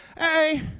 Hey